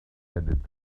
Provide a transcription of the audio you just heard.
had